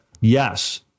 yes